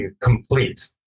complete